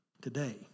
today